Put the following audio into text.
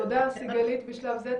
תודה, סיגלית, בשלב זה.